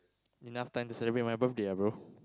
enough time to celebrate my birthday ah bro